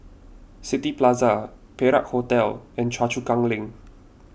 City Plaza Perak Hotel and Choa Chu Kang Link